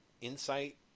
insight